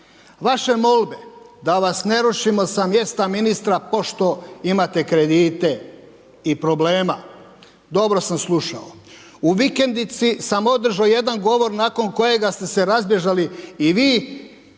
vaše molbe da vas ne rušimo sa mjesta ministra pošto imate kredite i problema, dobro sam slušao. U vikendici sam održao jedan govor nakon kojeg ste se razbježali i vi